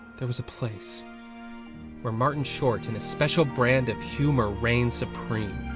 there was a place where martin short and his special brand of humor reigned supreme.